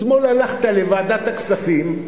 אתמול הלכת לוועדת הכספים,